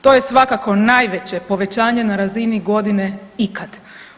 To je svakako najveće povećanje na razini godine ikad.